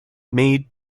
made